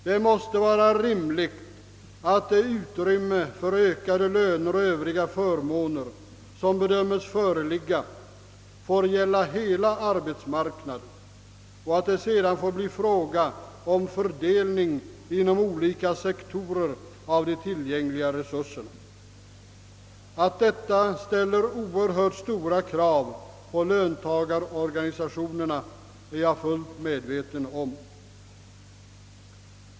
Det måste vara rimligt att det utrymme för ökade löner och övriga förmåner som bedömes föreligga får gälla hela arbetsmarknaden och att det sedan får bli fråga om en fördelning mellan olika sektorer av de tillgängliga resurserna. Att detta ställer oerhört stora krav på löntagarorganisationerna är jag fullt medveten om.